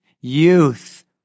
youth